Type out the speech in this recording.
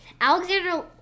Alexander